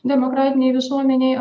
demokratinėj visuomenėje